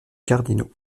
cardinaux